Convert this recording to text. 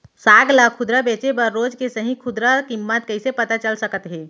साग ला खुदरा बेचे बर रोज के सही खुदरा किम्मत कइसे पता चल सकत हे?